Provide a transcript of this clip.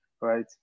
right